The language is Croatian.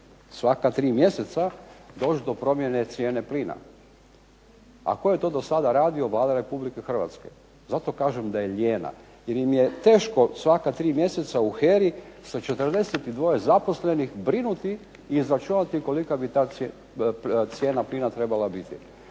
svaka tri mjeseca doći do promjene cijene plina. A tko je to do sada radio, Vlada Republike Hrvatske. Zato kažem da je lijena, jer im je teško svaka tri mjeseca u HERA-i sa 42 zaposlenih brinuti i izračunati kolika bi ta cijena plina trebala biti.